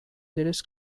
series